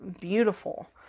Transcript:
beautiful